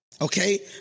okay